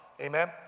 Amen